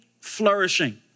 flourishing